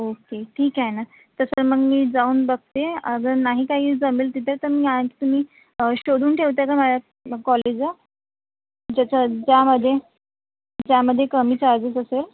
okay ठीक आहे ना तसं मग मी जाऊन बघते अगर नाही काही जमेल तिथे तर मी आणखी तुम्ही शोधून ठेवते का माया कॉलेज आहे ज्याचं ज्यामध्ये ज्यामध्ये कमी चार्जेस असेल